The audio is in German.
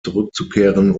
zurückzukehren